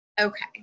Okay